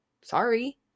Sorry